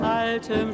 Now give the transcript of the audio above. altem